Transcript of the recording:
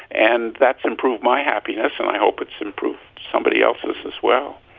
and that's improved my happiness. and i hope it's improved somebody else's, as well.